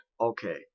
okay